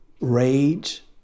rage